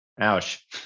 Ouch